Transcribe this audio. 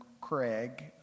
Craig